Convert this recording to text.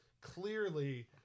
clearly